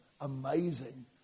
amazing